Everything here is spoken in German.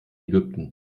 ägypten